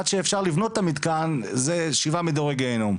עד שאפשר לבנות את המתקן זה שבעה מדורי גהינום,